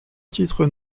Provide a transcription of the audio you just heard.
titres